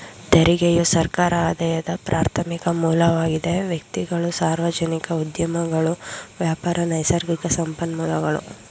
ತೆರಿಗೆಯು ಸರ್ಕಾರ ಆದಾಯದ ಪ್ರಾರ್ಥಮಿಕ ಮೂಲವಾಗಿದೆ ವ್ಯಕ್ತಿಗಳು, ಸಾರ್ವಜನಿಕ ಉದ್ಯಮಗಳು ವ್ಯಾಪಾರ, ನೈಸರ್ಗಿಕ ಸಂಪನ್ಮೂಲಗಳು